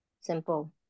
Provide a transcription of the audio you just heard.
simple